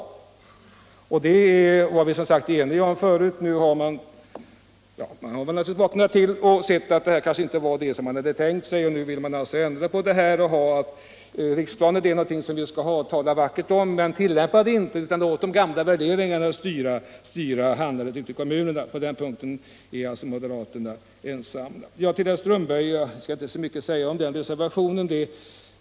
Det var vi eniga om. Man har nu tydligen vaknat till och sett att detta inte var vad man hade tänkt sig. Nu vill man alltså ändra på det. Uppfattningen tycks vara att riksplanen skall vara någonting som vi skall ha och tala vackert om. Men vi skall inte tillämpa den, utan vi skall låta de gamla värderingarna styra handlandet ute i kommunerna. —- På den punkten är moderaterna ensamma. Sedan till herr Strömberg i Botkyrka. Jag skall inte säga så mycket om reservationen 3.